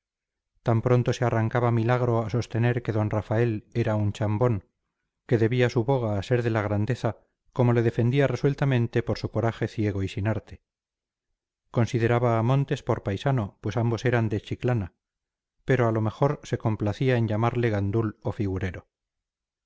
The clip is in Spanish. tan pronto se arrancaba milagro a sostener que d rafael era un chambón que debía su boga a ser de la grandeza como le defendía resueltamente por su coraje ciego y sin arte consideraba a montes por paisano pues ambos eran de chiclana pero a lo mejor se complacía en llamarle gandul o figurero